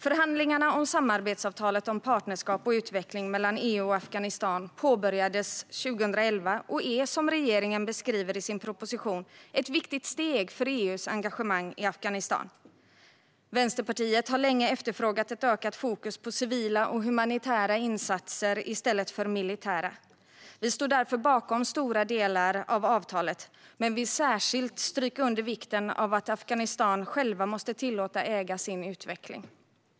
Förhandlingarna om samarbetsavtalet om partnerskap och utveckling mellan EU och Afghanistan påbörjades 2011 och är, som regeringen beskriver i sin proposition, ett viktigt steg för EU:s engagemang i Afghanistan. Vänsterpartiet har länge efterfrågat ett ökat fokus på civila och humanitära insatser i stället för militära. Vi står därför bakom stora delar av avtalet men vill särskilt stryka under vikten av att Afghanistan självt måste tillåtas äga sin utveckling.